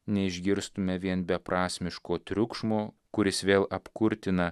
neišgirstume vien beprasmiško triukšmo kuris vėl apkurtina